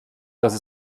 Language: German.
dass